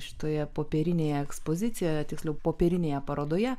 šitoje popierinėje ekspozicijoje tiksliau popierinėje parodoje